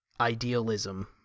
idealism